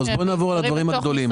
בואו נעבור על הדברים הגדולים.